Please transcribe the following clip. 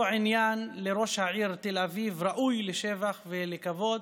עניין לראש העיר תל אביב ראוי לשבח ולכבוד.